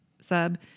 sub